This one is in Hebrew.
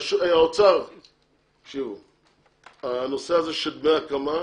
האוצר, תקשיבו, הנושא הזה של דמי הקמה,